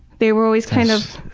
they were always kind of.